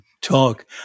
talk